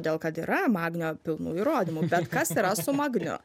todėl kad yra magnio pilnų įrodymų bet kas yra su magniu